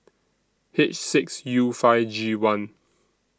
H six U five G one